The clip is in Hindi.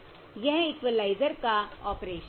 यह इक्वलाइज़र का ऑपरेशन है